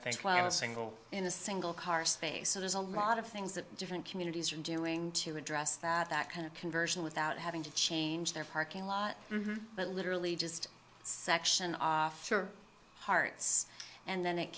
think plan a single in a single car space so there's a lot of things that different communities are doing to address that kind of conversion without having to change their parking lot but literally just section our hearts and then it